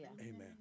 Amen